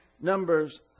Numbers